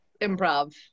improv